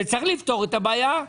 כשצריך לפתור את הבעיה,